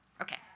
Okay